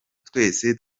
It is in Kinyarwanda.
twese